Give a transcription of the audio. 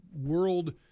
world